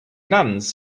nuns